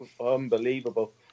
unbelievable